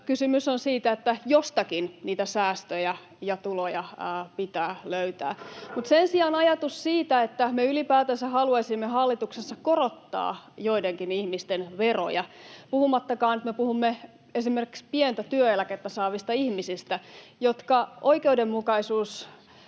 kysymys on siitä, että jostakin niitä säästöjä ja tuloja pitää löytää. Mutta sen sijaan kun on ajatus siitä, että me ylipäätänsä haluaisimme hallituksessa korottaa joidenkin ihmisten veroja — puhumattakaan siitä, että me puhumme esimerkiksi pientä työeläkettä saavista ihmisistä, jotka oikeudenmukaisuuskaan